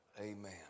Amen